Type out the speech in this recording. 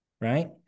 right